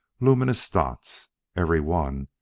luminous dots every one,